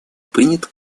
принят